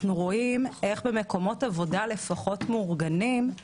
אנחנו רואים איך במקומות עבודה בתוך הוואקום